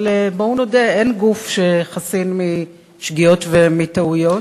אבל בואו נודה: אין גוף שחסין משגיאות ומטעויות.